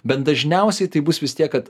bent dažniausiai tai bus vis tiek kad